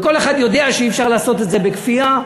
וכל אחד יודע שאי-אפשר לעשות את זה בכפייה.